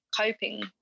coping